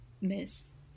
Miss